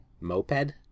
moped